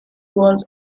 walls